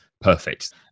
perfect